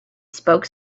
spoke